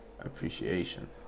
appreciation